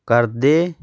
ਕਰਦੇ